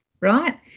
Right